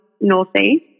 northeast